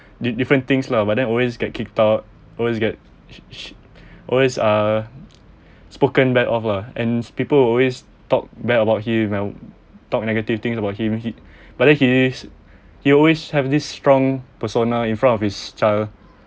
the different things lah but then always get kicked out always get always uh spoken back of ah and people always talk bad about him you know talk negative things about him he but then he is he always have this strong persona in front of his child